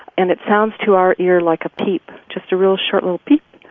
and it sounds to our ear like a peep just a real short little peep.